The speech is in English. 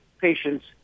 patients